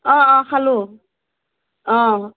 অ অ খালোঁ অ